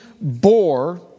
bore